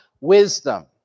wisdom